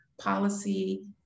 policy